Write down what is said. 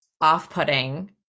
off-putting